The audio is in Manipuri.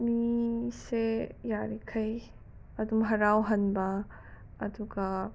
ꯃꯤꯁꯦ ꯌꯥꯔꯤꯈꯩ ꯑꯗꯨꯝ ꯍꯔꯥꯎꯍꯟꯕ ꯑꯗꯨꯒ